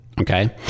Okay